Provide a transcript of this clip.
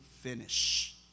finish